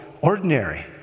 ordinary